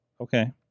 Okay